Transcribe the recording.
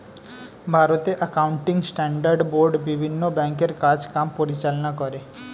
ভারতে accounting standard board বিভিন্ন ব্যাংকের কাজ কাম পরিচালনা করে